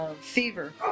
Fever